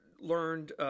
learned